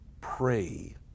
pray